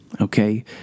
okay